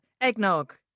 Eggnog